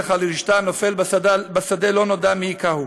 לך לרשתה נופל בשדה לא נודע מי הכהו.